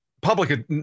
public